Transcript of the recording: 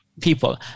people